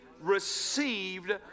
received